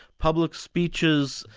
public speeches,